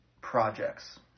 projects